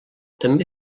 també